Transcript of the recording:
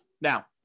Now